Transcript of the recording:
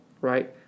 right